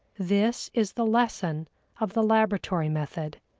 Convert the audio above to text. this is the lesson of the laboratory method,